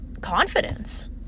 confidence